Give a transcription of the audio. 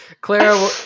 Clara